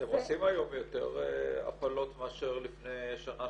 אתם עושים היום יותר הפלות מאשר לפני שנה,